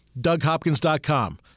DougHopkins.com